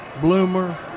bloomer